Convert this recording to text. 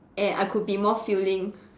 and I could be more filling